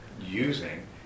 using